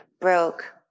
broke